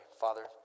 Father